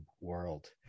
world